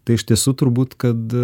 tai iš tiesų turbūt kad